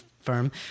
firm